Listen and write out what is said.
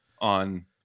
on